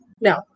No